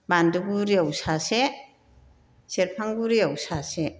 बान्दोगुरियाव सासे सेरफांगुरियाव सासे